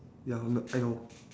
ya I won't I know